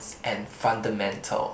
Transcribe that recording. and fundamentals